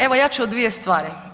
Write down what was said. Evo ja ću o dvije stvari.